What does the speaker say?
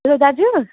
hello दाजु